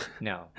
No